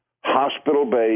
hospital-based